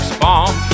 bomb